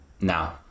now